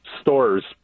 stores